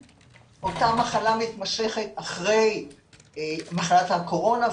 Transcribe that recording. אותה מחלה מתמשכת הנקראת long covid אחרי מחלת הקורונה,